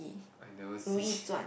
I never see